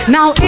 Now